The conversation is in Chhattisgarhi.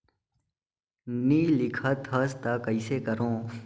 नी लिखत हस ता कइसे करू?